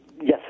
Yes